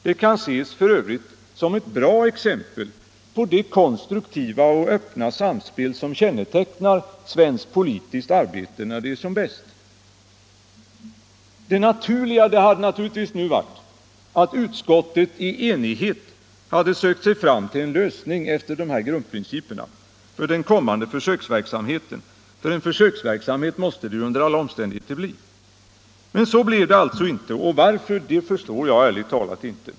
Det kan ses som ett bra exempel på det konstruktiva och öppna samspel som kännetecknar svenskt politiskt arbete när det är som bäst. Det naturliga hade nu varit att utskottet i enighet sökt sig fram till en lösning efter dessa grundprinciper för den kommande försöksverksamheten — en försöksverksamhet måste det ju under alla omständigheter bli. Men så blev det alltså inte. Varför förstår jag ärligt talat inte.